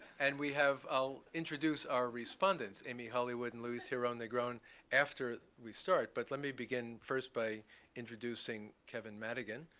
and we have i'll introduce our respondents, amy hollywood and luis giron-negron after we start. but let me begin first by introducing kevin madigan,